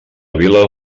vila